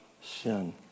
sin